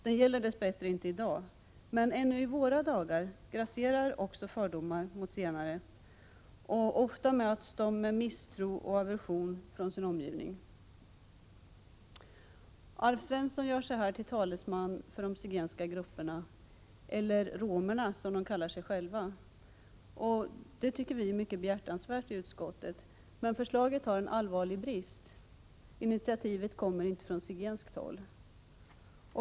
Den gäller dess bättre inte i dag, men ännu i våra dagar grasserar fördomar mot zigenare och ofta möts de med misstro och aversion från sin omgivning. Alf Svensson gör sig här till talesman för de zigenska grupperna eller romerna som de kallar sig själva. I utskottet fann vi det mycket behjärtansvärt, men förslaget har en allvarlig brist: initiativet kommer inte från zigenskt håll.